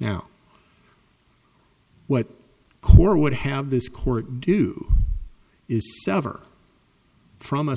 now what core would have this court do is